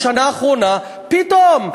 בשנה האחרונה פתאום,